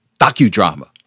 docudrama